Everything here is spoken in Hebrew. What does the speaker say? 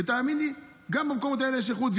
ותאמין לי, גם במקומות האלה יש איכות.